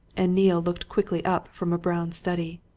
and neale looked quickly up from a brown study.